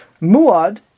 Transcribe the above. Muad